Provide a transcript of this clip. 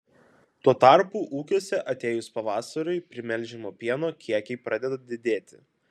tuo tarpu ūkiuose atėjus pavasariui primelžiamo pieno kiekiai pradeda didėti